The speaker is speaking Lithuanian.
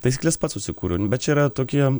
taisykles pats susikūriau bet čia yra tokie